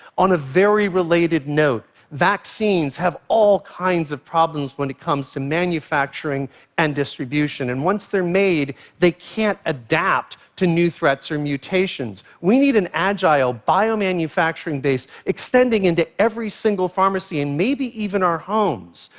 on a very related note vaccines have all kinds of problems when it comes to manufacturing and distribution, and once they're made, they can't adapt to new threats or mutations. we need an agile biomanufacturing base extending into every single pharmacy and maybe even our homes.